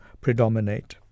predominate